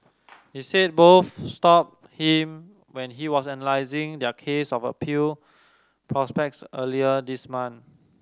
he said both stopped him when he was analysing their case of appeal prospects earlier this month